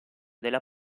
della